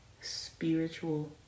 spiritual